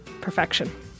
perfection